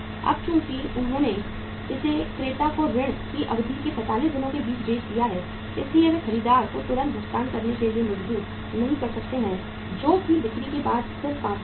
अब चूंकि उन्होंने इसे क्रेता को ऋण की अवधि के 45 दिनों के लिए बेच दिया है इसलिए वे खरीदार को तुरंत भुगतान करने के लिए मजबूर नहीं कर सकते हैं जो कि बिक्री के बाद सिर्फ 5 दिन है